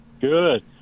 Good